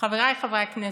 חבריי חברי הכנסת,